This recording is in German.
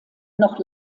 noch